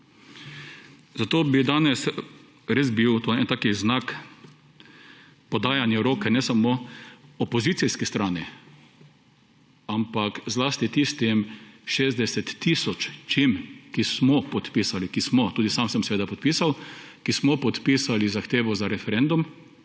Zato bi danes res bil to en tak znak podajanja roke ne samo opozicijski strani, ampak zlasti tistim 60 tisočim, ki smo podpisali – tudi sam sem seveda podpisal ‒, ki smo podpisali zahtevo za referendum,